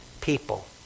people